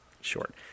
short